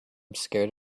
scared